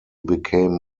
became